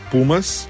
Pumas